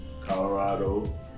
Colorado